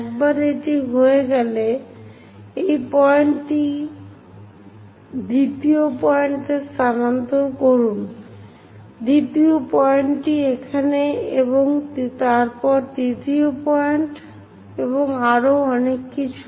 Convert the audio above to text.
একবার হয়ে গেলে এই পয়েন্টটি দ্বিতীয় পয়েন্টে স্থানান্তর করুন দ্বিতীয় পয়েন্টটি এখানে এবং তারপর তৃতীয় পয়েন্ট এবং আরও অনেক কিছু